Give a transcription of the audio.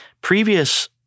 Previous